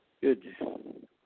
Good